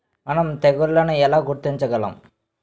మనం తెగుళ్లను ఎలా గుర్తించగలం?